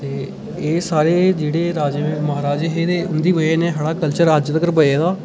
ते एह् सारे जेह्ड़े राजे महाराजे हे उं'दी वजह कन्नै साढ़ा कल्चर अज्ज तक्कर बजे दा